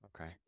Okay